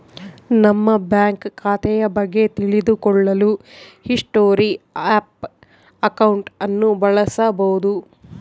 ನಮ್ಮ ಬ್ಯಾಂಕ್ ಖಾತೆಯ ಬಗ್ಗೆ ತಿಳಿದು ಕೊಳ್ಳಲು ಹಿಸ್ಟೊರಿ ಆಫ್ ಅಕೌಂಟ್ ಅನ್ನು ಬಳಸಬೋದು